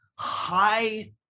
high